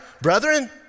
Brethren